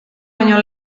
baino